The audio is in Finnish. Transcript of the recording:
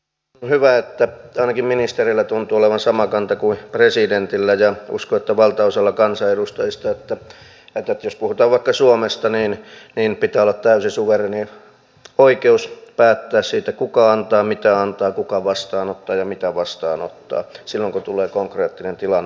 on hyvä että ainakin ministereillä tuntuu olevan sama kanta kuin presidentillä ja uskon että valtaosalla kansanedustajista eli jos puhutaan vaikka suomesta niin pitää olla täysi oikeus päättää siitä kuka antaa mitä antaa kuka vastaanottaa ja mitä vastaanottaa silloin kun tulee konkreettinen tilanne eteen